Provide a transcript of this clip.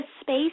space